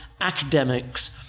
academics